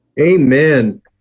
amen